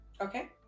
Okay